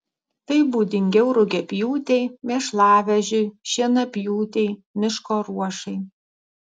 tai būdingiau rugiapjūtei mėšlavežiui šienapjūtei miško ruošai